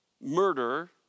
murder